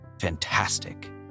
fantastic